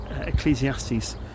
Ecclesiastes